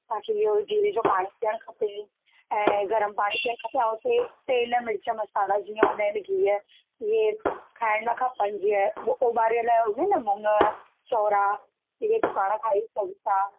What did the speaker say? तव्हांखे इहो जीरो जो पाणी पीअणु खपे ऐं गरमु पाणी पीअणु खपे ऐं ते तेलु मिर्च मसाला जीअं हूंदा आहिनि गिहु इये खाइण न खपनि जीअं ॿो ओॿारियल हूंदा आहिनि न मुङ चौड़ा इयो बि पाणि खाई सघूं था